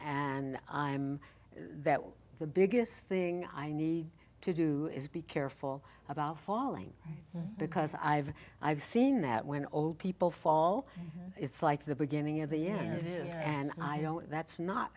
and i'm that the biggest thing i need to do is be careful about falling because i've i've seen that when people fall it's like the beginning of the end it is and i don't that's not